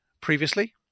previously